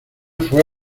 fue